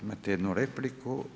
Imate jednu repliku.